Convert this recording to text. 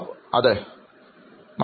അഭിമുഖം സ്വീകരിക്കുന്നയാൾ അതെ